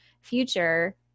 future